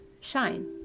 SHINE